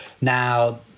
Now